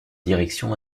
direction